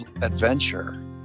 adventure